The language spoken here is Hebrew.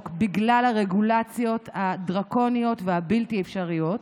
בגלל הרגולציות הדרקוניות והבלתי-אפשריות.